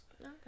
Okay